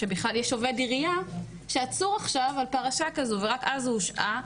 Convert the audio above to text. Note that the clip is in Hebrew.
שבכלל יש עובד עירייה שעצור עכשיו על פרשה כזו ורק אז הוא הושעה.